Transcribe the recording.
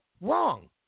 wrong